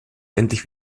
endlich